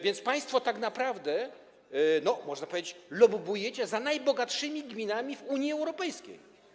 Więc państwo tak naprawdę, można powiedzieć, lobbujecie za najbogatszymi gminami w Unii Europejskiej.